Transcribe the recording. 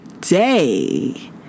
day